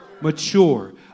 Mature